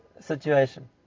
situation